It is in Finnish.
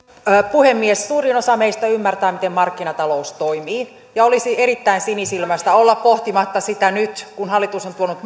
puhemies suurin osa meistä ymmärtää miten markkinatalous toimii ja olisi erittäin sinisilmäistä olla pohtimatta sitä nyt kun hallitus on tuonut